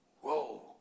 Whoa